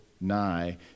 nigh